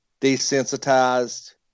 desensitized